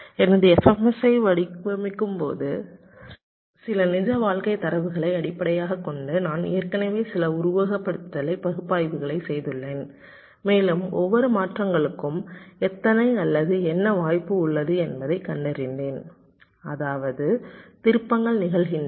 எனது FSM ஐ வடிவமைக்கும்போது சில நிஜ வாழ்க்கை தரவுகளை அடிப்படையாகக் கொண்டு நான் ஏற்கனவே சில உருவகப்படுத்துதல் பகுப்பாய்வுகளைச் செய்துள்ளேன் மேலும் ஒவ்வொரு மாற்றங்களுக்கும் எத்தனை அல்லது என்ன வாய்ப்பு உள்ளது என்பதைக் கண்டறிந்தேன் அதாவது திருப்பங்கள் நிகழ்கின்றன